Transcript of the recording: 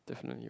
definitely [what]